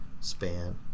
span